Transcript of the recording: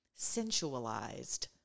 sensualized